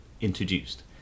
introduced